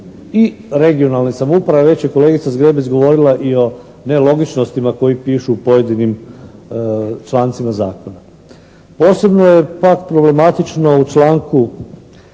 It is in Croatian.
i regionalne samouprave već je kolegica Zgrebec govorila i o nelogičnostima koji pišu u pojedinim člancima zakona. Posebno je pak problematično u članku